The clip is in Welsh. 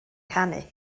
canu